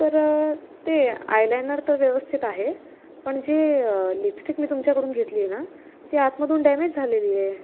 तर ते eyeliner तर व्यवस्थित आहे पण जे लिपस्टिक मी तुमच्याकडून घेतली आहे ना ती आतमधून डॅमेज झालेली आहे